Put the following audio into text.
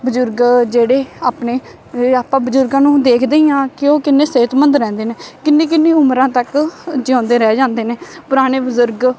ਬਜ਼ੁਰਗ ਜਿਹੜੇ ਆਪਣੇ ਆਪਾਂ ਬਜ਼ੁਰਗਾਂ ਨੂੰ ਦੇਖਦੇ ਹੀ ਹਾਂ ਕਿ ਉਹ ਕਿੰਨੇ ਸਿਹਤਮੰਦ ਰਹਿੰਦੇ ਨੇ ਕਿੰਨੀ ਕਿੰਨੀ ਉਮਰਾਂ ਤੱਕ ਜਿਉਂਦੇ ਰਹਿ ਜਾਂਦੇ ਨੇ ਪੁਰਾਣੇ ਬਜ਼ੁਰਗ